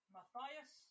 Matthias